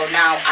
now